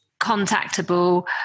contactable